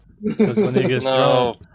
No